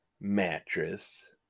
Mattress